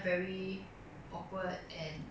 ah 我觉得是很累 lor